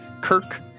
Kirk